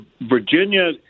Virginia